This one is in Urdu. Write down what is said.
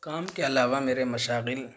کام کے علاوہ میرے مشاغل